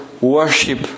worship